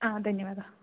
आ धन्यवादः